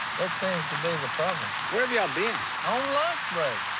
what seems to be the problem? where've y'all been? on lunch break.